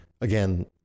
again